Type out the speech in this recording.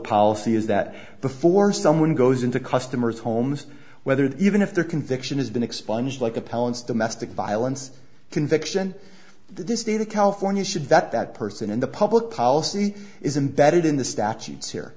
policy is that before someone goes into customers homes whether even if their conviction has been expunged like appellants domestic violence conviction the state of california should that that person in the public policy is embedded in the statutes here